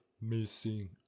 missing